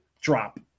drop